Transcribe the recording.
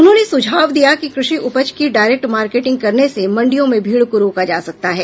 उन्होंने सुझाव दिया कि कृषि उपज की डायरेक्ट मार्केटिंग करने से मंडियों में भीड़ को रोका जा सकता है